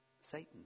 Satan